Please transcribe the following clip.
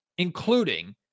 including